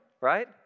right